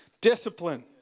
discipline